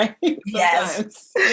Yes